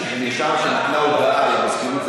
נשאר שם כמו הודעה למזכירות,